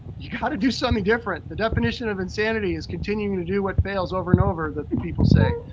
you gotta do something different. the definition of insanity is continuing to do what fails over and over, that people say,